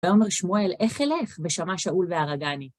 ואומר שמואל, איך אלך? ושמע שאול והרגני.